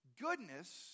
goodness